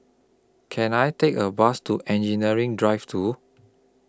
Can I Take A Bus to Engineering Drive two